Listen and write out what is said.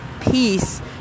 peace